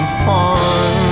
fun